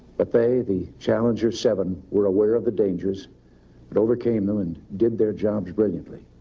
but they, the challenger seven were aware of the dangers and overcame them and did their jobs brilliantly.